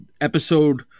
episode